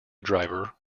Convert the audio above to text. driver